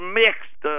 mixed